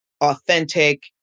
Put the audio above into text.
authentic